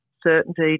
certainty